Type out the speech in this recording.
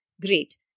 Great